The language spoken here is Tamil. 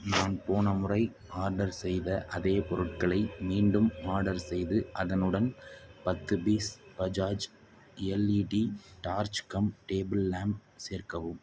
நான் போன முறை ஆர்டர் செய்த அதே பொருட்களை மீண்டும் ஆர்டர் செய்து அதனுடன் பத்து piece Bajaj LED torch cum table lamp சேர்க்கவும்